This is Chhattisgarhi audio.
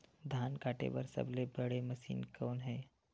धान काटे बार सबले बने मशीन कोन हे?